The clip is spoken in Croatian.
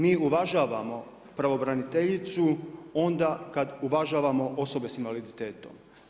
Mi uvažavamo pravobraniteljicu onda kad uvažavamo osobe sa invaliditetom.